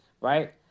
right